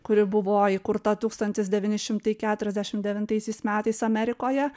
kuri buvo įkurta tūkstantis devyni šimtai keturiasdešimt devintaisiais metais amerikoje